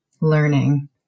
learning